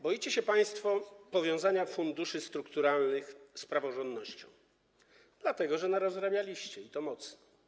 Boicie się państwo powiązania funduszy strukturalnych z praworządnością, dlatego że narozrabialiście, i to mocno.